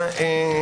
אמירה